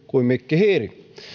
kuin mikki hiiri